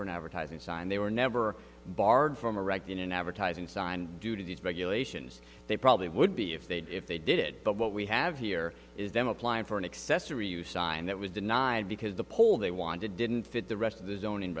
for an advertising sign they were never barred from a record in an advertising sign due to these regulations they probably would be if they did if they did it but what we have here is them applying for an accessory you sign that was denied because the poll they wanted didn't fit the rest of